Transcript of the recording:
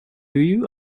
you